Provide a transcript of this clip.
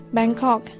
Bangkok